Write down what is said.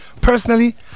Personally